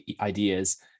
ideas